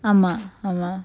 ஆமா ஆமா:aama aama